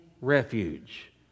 refuge